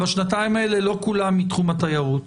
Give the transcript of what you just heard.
בשנתיים האלה לא כולם מתחום התיירות.